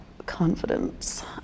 confidence